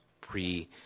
pre